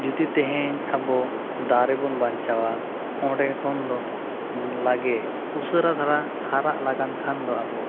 ᱡᱩᱫᱤ ᱛᱮᱦᱮᱧ ᱟᱵᱚ ᱫᱟᱨᱮ ᱵᱚᱱ ᱵᱟᱧᱪᱟᱣᱟ ᱚᱸᱰᱮ ᱠᱷᱚᱱ ᱫᱚ ᱞᱚᱜᱚᱱ ᱩᱥᱟᱹᱨᱟ ᱫᱷᱟᱨᱟ ᱦᱟᱨᱟᱜ ᱞᱟᱹᱜᱤᱫ ᱠᱷᱟᱱ ᱫᱚ ᱟᱵᱚ